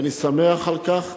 ואני שמח על כך,